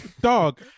dog